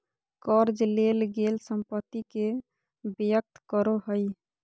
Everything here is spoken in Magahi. कर्ज लेल गेल संपत्ति के व्यक्त करो हइ